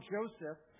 Joseph